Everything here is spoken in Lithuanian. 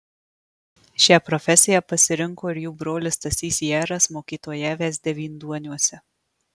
šią profesiją pasirinko ir jų brolis stasys jaras mokytojavęs devynduoniuose